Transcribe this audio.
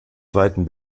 zweiten